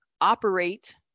operate